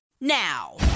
now